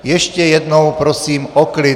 Ještě jednou prosím o klid.